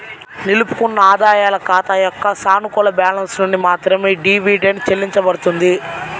నిలుపుకున్న ఆదాయాల ఖాతా యొక్క సానుకూల బ్యాలెన్స్ నుండి మాత్రమే డివిడెండ్ చెల్లించబడుతుంది